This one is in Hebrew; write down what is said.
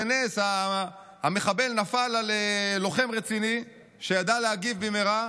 בנס המחבל נפל על לוחם רציני שידע להגיב במהרה,